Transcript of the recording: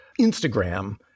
Instagram